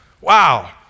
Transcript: Wow